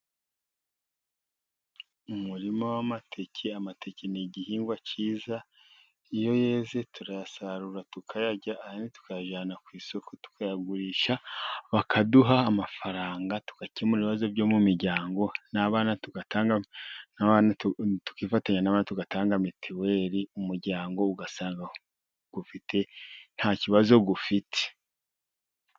Mu muririma w'amateke, amateke ni igihingwa cyiza. Iyo yeze turayasarura tukayaryaho ndi tukajyana ku isoko tukayagurisha bakaduha amafaranga, tugakemura ibibazo byo mu miryango n'abana, tukifatanya n'abana tugatanga mitiweli. Umuryango ugasanga nta kibazo ufite.